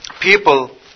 people